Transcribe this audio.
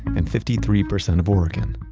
and fifty three percent of oregon.